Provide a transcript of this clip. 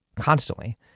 constantly